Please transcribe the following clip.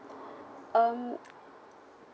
um